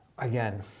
Again